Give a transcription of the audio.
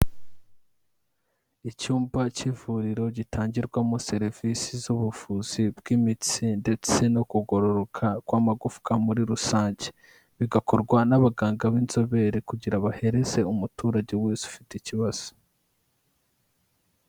Icyumba cy'ivuriro gitangirwamo serivisi z'ubuvuzi bw'imitsi ndetse no kugororoka kw'amagufwa muri rusange, bigakorwa n'abaganga b'inzobere kugira bahereze umuturage wese ufite ikibazo.